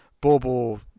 Bobo